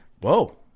whoa